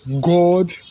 God